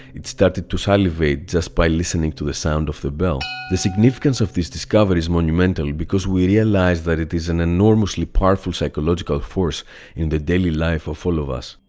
it started to salivate salivate just by listening to the sound of the bell. the significance of this discovery is monumental, because we realized that it is an enormously powerful psychological force in the daily life of all of us.